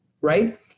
right